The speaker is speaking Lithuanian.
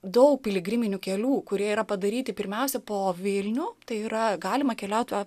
daug piligriminių kelių kurie yra padaryti pirmiausia po vilnių tai yra galima keliaut tuo